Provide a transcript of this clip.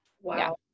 Wow